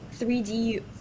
3D